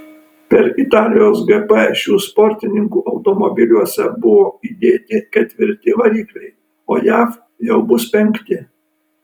per italijos gp šių sportininkų automobiliuose buvo įdėti ketvirti varikliai o jav jau bus penkti